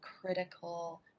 critical